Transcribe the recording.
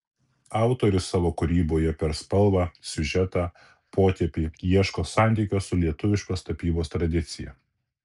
autorius savo kūryboje per spalvą siužetą potėpį ieško santykio su lietuviškos tapybos tradicija